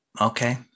okay